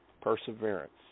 perseverance